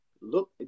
Look